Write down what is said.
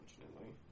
Unfortunately